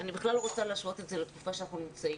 אני לא רוצה להשוות את זה בכלל לתקופה שאנחנו נמצאים.